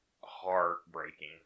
heartbreaking